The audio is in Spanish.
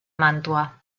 mantua